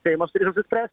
seimas turėtų apsispręst